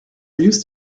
used